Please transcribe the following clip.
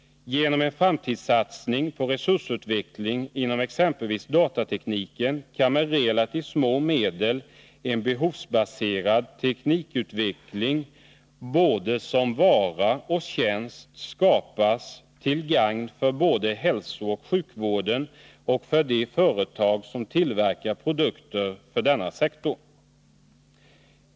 Genom en framtidssatsning på resursutveckling inom exempelvis datatekniken kan med relativt små medel en behovsbaserad teknikutveckling både beträffande vara och tjänst skapas, till gagn både för hälsooch sjukvården och för de företag som tillverkar produkter för denna sektor.